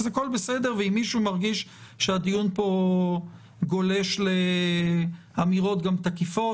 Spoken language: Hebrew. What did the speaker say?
אז הכול בסדר ואם מישהו מרגיש שהדיון פה גולש לאמירות גם תקיפות,